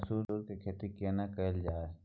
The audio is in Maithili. मसूर के खेती केना कैल जाय?